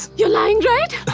ah you're lying to